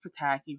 Pataki